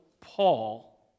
Paul